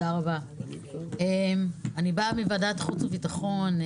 אני באה מוועדת חוץ וביטחון.